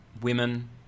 women